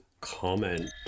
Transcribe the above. comment